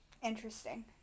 Interesting